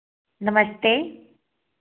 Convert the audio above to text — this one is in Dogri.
नमस्ते